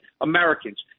Americans